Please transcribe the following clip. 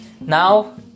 Now